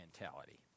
mentality